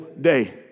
day